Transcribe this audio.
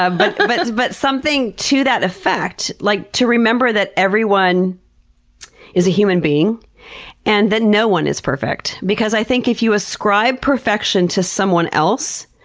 ah but but but but something to that effect, like to remember that everyone is a human being and that no one is perfect. because i think if you ascribe perfection to someone else,